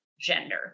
gender